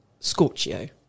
scorchio